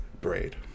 Braid